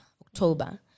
October